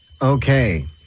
Okay